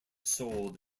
sold